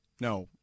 No